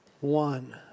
one